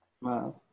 Wow